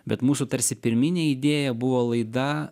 bet mūsų tarsi pirminė idėja buvo laida